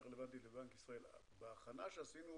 בהכנה שעשינו